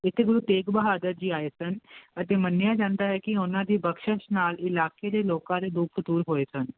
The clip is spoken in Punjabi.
ਜਿੱਥੇ ਗੁਰੂ ਤੇਗ ਬਹਾਦਰ ਜੀ ਆਏ ਸਨ ਅਤੇ ਮੰਨਿਆ ਜਾਂਦਾ ਹੈ ਕਿ ਉਹਨਾਂ ਦੀ ਬਖਸ਼ਿਸ਼ ਨਾਲ ਇਲਾਕੇ ਦੇ ਲੋਕਾਂ ਦੇ ਦੁੱਖ ਦੂਰ ਹੋਏ ਸਨ